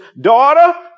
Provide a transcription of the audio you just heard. daughter